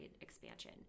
expansion